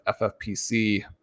FFPC